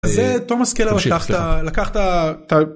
זה תומס קלר לקחת.